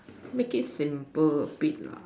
make it simple a bit lah